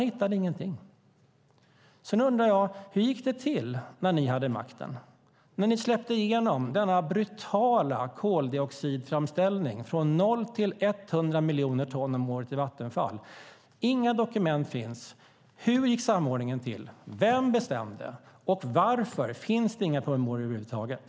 Jag undrar därför: Hur gick det till när ni hade makten, Mikael Damberg, när ni släppte igenom denna brutala koldioxidframställning - från 0 till 100 miljoner ton om året - vid Vattenfall? Inga dokument finns. Hur gick samordningen till? Vem bestämde? Varför finns det inga promemorior över huvud taget?